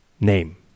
Name